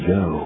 go